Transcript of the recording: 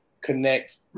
connect